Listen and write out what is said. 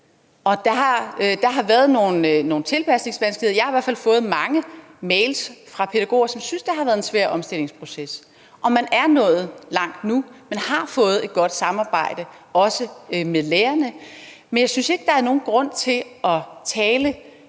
der har været nogle tilpasningsvanskeligheder. Jeg har hvert fald fået mange mails fra pædagoger, som synes, det har været en svær omstillingsproces. Man er nået langt nu, man har fået et godt samarbejde, også med lærerne. Men jeg synes ikke, der er nogen grund til at tale